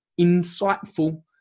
insightful